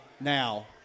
now